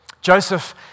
Joseph